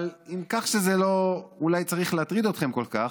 אבל עם כך שזה אולי לא צריך להטריד אתכם כל כך,